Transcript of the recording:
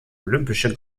olympische